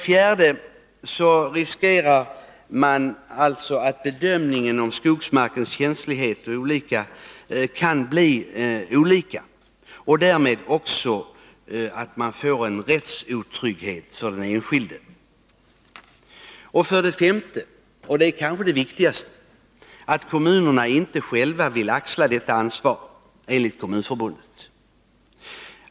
Man riskerar alltså att bedömningen av skogsmarkens känslighet kan bli olika och därmed också att det kan uppstå en rättsotrygghet för den enskilde. Kanske det viktigaste är att kommunerna enligt Kommunförbundet inte själva vill axla detta ansvar.